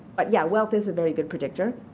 but yeah, wealth is a very good predictor.